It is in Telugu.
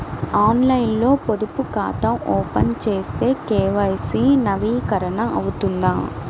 ఆన్లైన్లో పొదుపు ఖాతా ఓపెన్ చేస్తే కే.వై.సి నవీకరణ అవుతుందా?